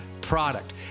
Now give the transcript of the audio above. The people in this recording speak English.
product